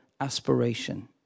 aspiration